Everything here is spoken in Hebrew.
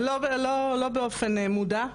לא באופן מודע,